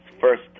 first